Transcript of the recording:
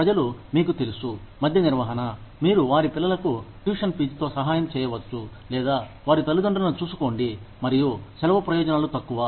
ప్రజలు మీకు తెలుసు మధ్య నిర్వహణ మీరు వారి పిల్లలకు ట్యూషన్ ఫీజుతో సహాయం చేయవచ్చు లేదా వారి తల్లిదండ్రులను చూసుకోండి మరియు సెలవు ప్రయోజనాలు తక్కువ